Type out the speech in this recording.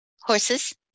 horses